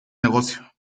negocio